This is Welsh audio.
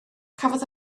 cafodd